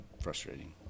frustrating